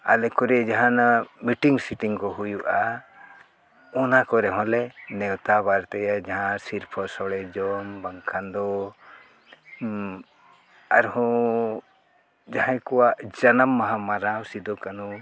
ᱟᱞᱮ ᱠᱚᱨᱮ ᱡᱟᱦᱟᱱᱟᱜ ᱢᱤᱴᱤᱝ ᱥᱤᱴᱤᱝ ᱠᱚ ᱦᱩᱭᱩᱜᱼᱟ ᱚᱱᱟ ᱠᱚᱨᱮ ᱦᱚᱸᱞᱮ ᱱᱮᱣᱛᱟ ᱵᱟᱨᱛᱮᱭᱟ ᱡᱟᱦᱟᱸ ᱥᱤᱨᱯᱟᱹᱥᱚᱲᱮ ᱡᱚᱢ ᱵᱟᱝᱠᱷᱟᱱ ᱫᱚ ᱟᱨᱦᱚᱸ ᱡᱟᱦᱟᱸᱭ ᱠᱚᱣᱟᱜ ᱡᱟᱱᱟᱢ ᱢᱟᱦᱟ ᱢᱟᱱᱟᱣ ᱥᱤᱫᱩ ᱠᱟᱹᱱᱩ